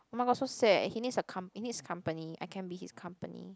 oh-my-god so sad he needs a cpm~ he needs company I can be his company